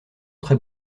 très